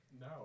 No